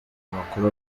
amakuru